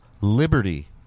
Liberty